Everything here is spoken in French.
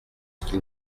qu’il